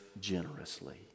generously